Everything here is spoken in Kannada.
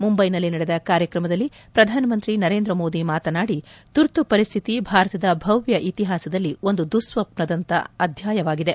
ಮುಂಬೈನಲ್ಲಿ ನಡೆದ ಕಾರ್ಯಕ್ರಮದಲ್ಲಿ ಪ್ರಧಾನಮಂತ್ರಿ ನರೇಂದ್ರ ಮೋದಿ ಮಾತನಾಡಿ ತುರ್ತು ಪರಿಸ್ದಿತಿ ಭಾರತದ ಭವ್ಯ ಇತಿಹಾಸದಲ್ಲಿ ಒಂದು ದುಸ್ವಪ್ನದಂತಹ ಅಧ್ಯಾಯವಾಗಿದೆ